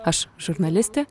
aš žurnalistė